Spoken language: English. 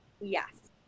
Yes